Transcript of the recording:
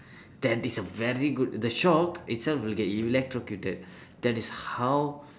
that is a very good the shock itself will get it will electrocuted that is how